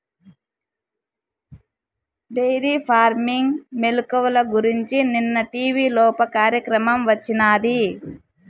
dairy farming మెలుకువల గురించి నిన్న టీవీలోప కార్యక్రమం వచ్చినాది